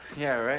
yeah, right.